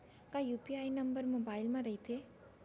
का UPI number mobile म रहिथे?